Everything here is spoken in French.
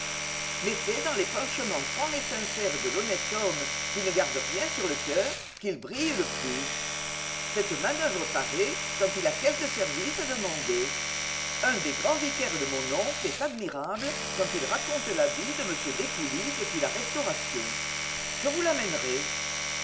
mais c'est dans l'épanchement franc et sincère de l'honnête homme qui ne garde rien sur le coeur qu'il brille le plus cette manoeuvre paraît quand il a quelque service à demander un des grands vicaires de mon oncle est admirable quand il raconte la vie de m descoulis depuis la restauration je vous l'amènerai